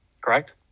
correct